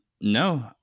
No